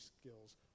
skills